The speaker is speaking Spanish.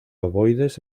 ovoides